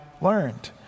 learned